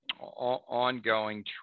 ongoing